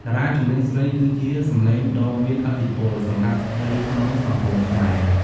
តារាចម្រៀងស្រីគឺជា សំឡេងដ៏មានឥទ្ធិពល សម្រាប់ស្ត្រីក្នុងសង្គមខ្មែរ។